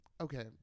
Okay